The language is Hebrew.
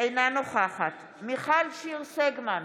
אינה נוכחת מיכל שיר סגמן,